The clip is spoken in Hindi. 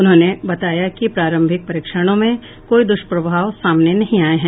उन्होंने बताया कि प्रारंभिक परीक्षणों में कोई द्ष्प्रभाव सामने नहीं आये है